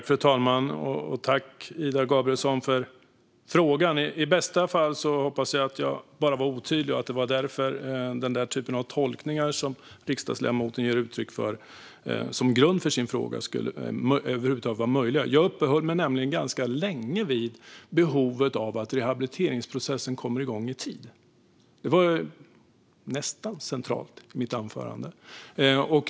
Fru talman! Tack, Ida Gabrielsson, för frågan! I bästa fall hoppas jag att jag bara var otydlig och att det var därför den typ av tolkningar som riksdagsledamoten gav uttryck för som grund för sin fråga över huvud taget var möjlig. Jag uppehöll mig nämligen ganska länge vid behovet av att rehabiliteringsprocessen kommer igång i tid. Det var nästan centralt i mitt anförande.